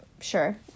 sure